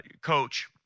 coach